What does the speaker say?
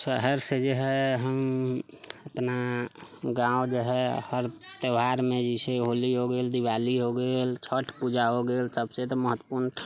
शहर से जे है हम अपना गाँव जे हइ हर त्यौहारमे जैसे होली हो गेल दीवाली हो गेल छठि पूजा हो गेल सबसे तऽ महत्वपूर्ण